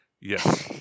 Yes